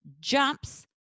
jumps